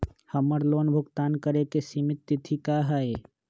हमर लोन भुगतान करे के सिमित तिथि का हई?